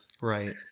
Right